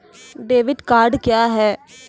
Debit card क्या हैं?